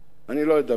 אני לא אדבר,